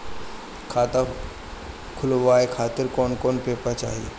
खाता खुलवाए खातिर कौन कौन पेपर चाहीं?